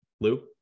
Lou